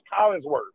Collinsworth